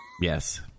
Yes